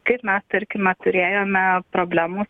kaip na tarkime turėjome problemų